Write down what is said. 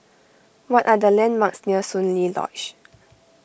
what are the landmarks near Soon Lee Lodge